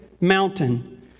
mountain